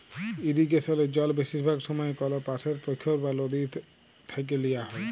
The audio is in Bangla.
ইরিগেসলে জল বেশিরভাগ সময়ই কল পাশের পখ্ইর বা লদী থ্যাইকে লিয়া হ্যয়